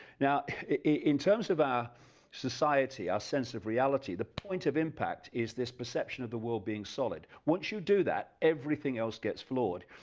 now in terms of our society our sense of reality, the point of impact is this perception of the world being solid, once you do that everything else gets flawed,